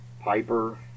Piper